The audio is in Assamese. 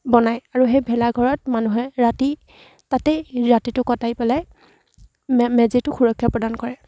বনায় আৰু সেই ভেলাঘৰত মানুহে ৰাতি তাতেই ৰাতিটো কটাই পেলাই মে মেজিটোক সুৰক্ষা প্ৰদান কৰে